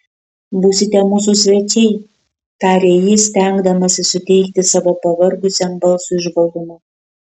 būsite mūsų svečiai tarė jis stengdamasis suteikti savo pavargusiam balsui žvalumo